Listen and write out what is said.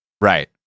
Right